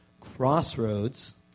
Crossroads